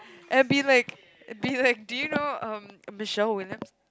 and be like be like do you know um Michelle-Williams